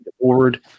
forward